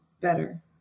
better